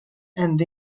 and